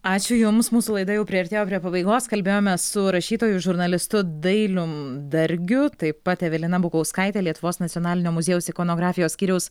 ačiū jums mūsų laida jau priartėjo prie pabaigos kalbėjome su rašytoju žurnalistu dailium dargiu taip pat evelina bukauskaite lietuvos nacionalinio muziejaus ikonografijos skyriaus